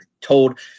told